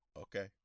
Okay